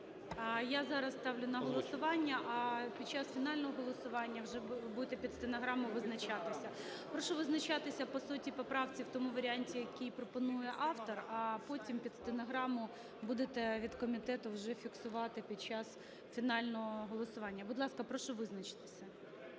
Я зараз ставлю на голосування, а під час фінального голосування буде вже під стенограму визначатися. Прошу визначатися по суті поправки в тому варіанті, який пропонує автор, а потім під стенограму будете від комітету вже фіксувати під час фінального голосування. Будь ласка, прошу визначитися.